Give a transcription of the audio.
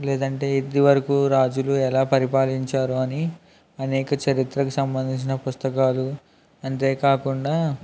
లేదంటే ఇదివరకు రాజులు ఎలా పరిపాలించారు అని అనేక చరిత్రకు సంబంధించిన పుస్తకాలు అంతేకాకుండా